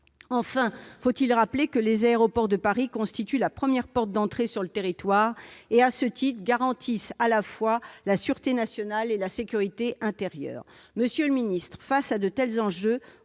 Enfin, faut-il rappeler que les aéroports de Paris constituent la première porte d'entrée sur le territoire et, à ce titre, garantissent à la fois la sûreté nationale et la sécurité intérieure ? Monsieur le secrétaire d'État, au regard de tels enjeux,